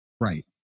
right